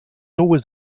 always